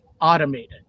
automated